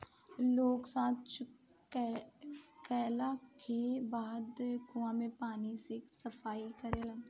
लोग सॉच कैला के बाद कुओं के पानी से सफाई करेलन